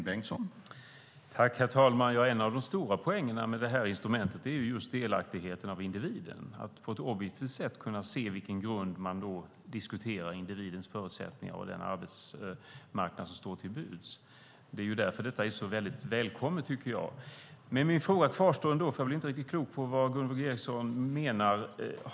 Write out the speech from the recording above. Herr talman! En av de stora poängerna med det här instrumentet är just delaktigheten för individen, att på ett objektivt sätt kunna se på vilken grund man diskuterar individens förutsättningar och den arbetsmarknad som står till buds. Det är därför som detta är så välkommet, tycker jag. Min fråga kvarstår ändå, för jag blir inte riktigt klok på vad Gunvor G Ericson menar.